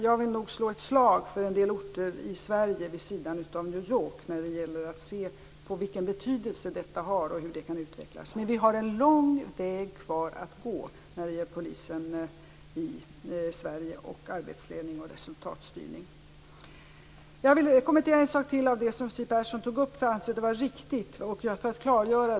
Jag vill nog slå ett slag för en del orter i Sverige vid sidan av New York när det gäller att se vilken betydelse detta har och hur det kan utvecklas. Men vi har en lång väg kvar att gå när det gäller Polisen i Sverige och dess arbetsledning och resultatstyrning. Jag vill kommentera ytterligare en sak av det som Siw Persson tog upp. Jag anser att hon hade rätt, och det vill jag klargöra.